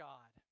God